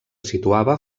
situava